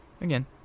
again